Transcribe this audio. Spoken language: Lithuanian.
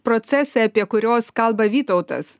procesai apie kuriuos kalba vytautas